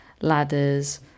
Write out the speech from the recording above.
ladders